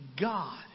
God